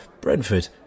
brentford